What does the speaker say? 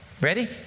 ready